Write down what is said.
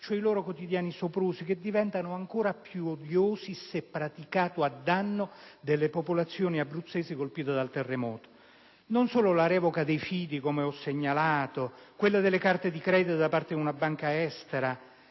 i loro quotidiani soprusi che diventano ancora più odiosi se praticati a danno delle popolazioni abruzzesi colpite dal terremoto. Non solo, come ho segnalato, la revoca dei fidi, o quella delle carte di credito da parte di una banca estera,